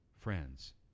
Friends